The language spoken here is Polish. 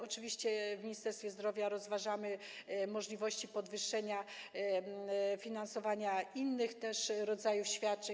Oczywiście w Ministerstwie Zdrowia rozważamy możliwości podwyższenia finansowania innych rodzajów świadczeń.